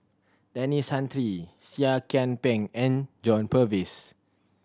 Denis Santry Seah Kian Peng and John Purvis